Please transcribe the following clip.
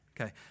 Okay